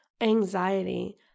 anxiety